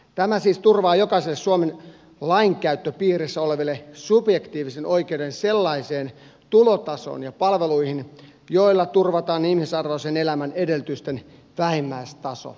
tämä siis turvaa jokaiselle suomen lainkäyttöpiirissä olevalle subjektiivisen oikeuden sellaiseen tulotasoon ja palveluihin joilla turvataan ihmisarvoisen elämän edellytysten vähimmäistaso